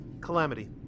Calamity